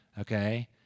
okay